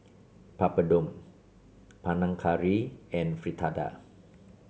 Papadum Panang Curry and Fritada